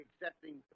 accepting